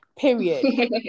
period